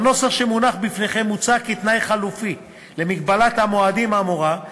בנוסח שמונח בפניכם מוצע כתנאי חלופי למגבלת המועדים האמורה,